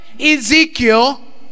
Ezekiel